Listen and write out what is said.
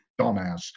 dumbass